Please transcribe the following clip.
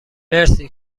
مرسی